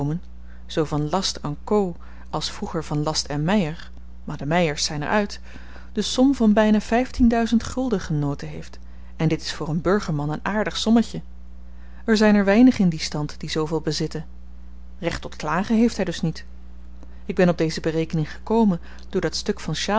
inkomen zoo van last co als vroeger van last meyer maar de meyers zyn er uit de som van byna vyftien duizend gulden genoten heeft en dit is voor een burgerman een aardig sommetje er zyn er weinig in dien stand die zooveel bezitten recht tot klagen heeft hy dus niet ik ben op deze berekening gekomen door dat stuk van